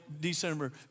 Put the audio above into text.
December